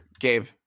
Gabe